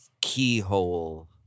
keyhole